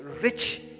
rich